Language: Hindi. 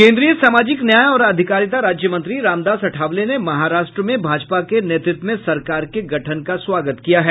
केन्द्रीय सामाजिक न्याय और अधिकारिता राज्य मंत्री रामदास अठावले ने महाराष्ट्र में भाजपा के नेतृत्व में सरकार के गठन का स्वागत किया है